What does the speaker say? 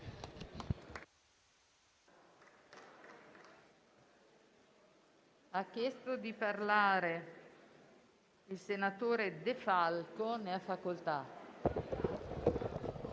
iscritto a parlare il senatore De Falco. Ne ha facoltà.